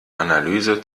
analyse